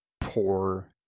poor